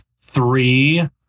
three